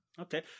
Okay